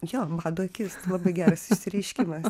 jo bado akis labai geras išsireiškimas